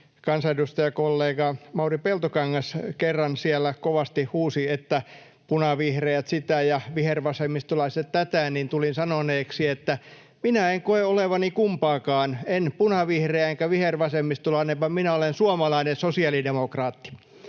kansanedustajakollega Mauri Peltokangas kerran siellä kovasti huusi, että punavihreät sitä ja vihervasemmistolaiset tätä, tulin sanoneeksi, että minä en koe olevani kumpaakaan, en punavihreä enkä vihervasemmistolainen, vaan minä olen suomalainen sosiaalidemokraatti.